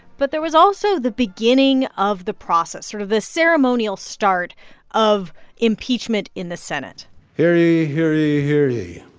but there was also the beginning of the process sort of the ceremonial start of impeachment in the senate hear ye, hear ye, hear ye.